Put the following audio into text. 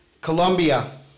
Colombia